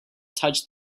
touched